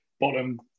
bottom